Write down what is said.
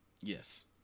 Yes